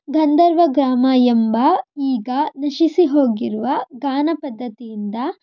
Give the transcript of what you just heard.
ಗಂಧರ್ವ ಗ್ರಾಮ ಎಂಬ ಈಗ ನಶಿಸಿ ಹೋಗಿರುವ ಗಾನ ಪದ್ದತಿಯಿಂದ